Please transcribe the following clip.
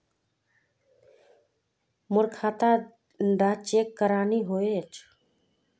मोर खाता डा चेक क्यानी होचए?